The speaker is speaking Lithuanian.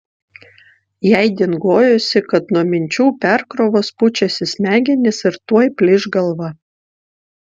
jai dingojosi kad nuo minčių perkrovos pučiasi smegenys ir tuoj plyš galva